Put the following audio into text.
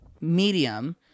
medium